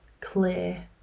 clear